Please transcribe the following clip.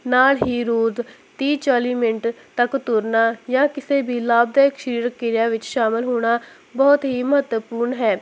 ਨਾਲ ਹੀ ਰੋਜ਼ ਤੀਹ ਚਾਲ੍ਹੀ ਮਿੰਟ ਤੱਕ ਤੁਰਨਾ ਜਾਂ ਕਿਸੇ ਵੀ ਲਾਭਦਾਇਕ ਸਰੀਰਕ ਕਿਰਿਆ ਵਿੱਚ ਸ਼ਾਮਿਲ ਹੋਣਾ ਬਹੁਤ ਹੀ ਮਹੱਤਵਪੂਰਨ ਹੈ